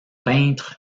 peintre